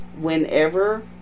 whenever